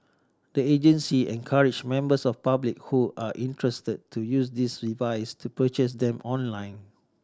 the agency encouraged members of the public who are interested to use these devices to purchase them online